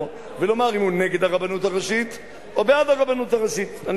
ולומר אם הוא נגד הרבנות הראשית או בעד הרבנות הראשית.